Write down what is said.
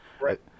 Right